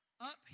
Up